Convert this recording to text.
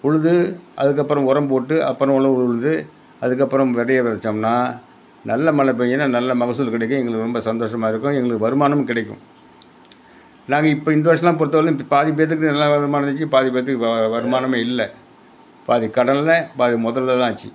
உழுது அதுக்கப்புறம் உரம் போட்டு அப்புறம் ஒழவு உழுது அதுக்கப்புறம் விதைய வெதைச்சோம்னா நல்ல மழை பேஞ்சுதுனா நல்ல மகசூல் கிடைக்கும் எங்களுக்கு ரொம்ப சந்தோஷமாக இருக்கும் எங்களுக்கு வருமானமும் கிடைக்கும் நாங்கள் இப்போ இந்த வருஷமெலாம் பொறுத்த வரையிலையும் இப்போ பாதி பேர்த்துக்கு நல்லா வருமானம் இருந்துச்சு பாதி பேர்த்துக்கு வ வருமானமே இல்லை பாதி கடனில் பாதி மொதலில் தான் ஆச்சு